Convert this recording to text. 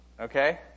Okay